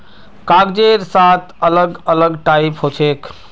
कागजेर सात अलग अलग टाइप हछेक